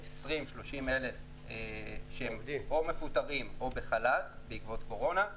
430,000 שהם או מפוטרים או בחל"ת בעקבות קורונה,